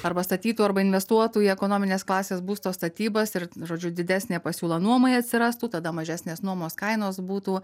arba statytų arba investuotų į ekonominės klasės būsto statybas ir žodžiu didesnė pasiūla nuomai atsirastų tada mažesnės nuomos kainos būtų